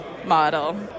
model